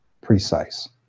precise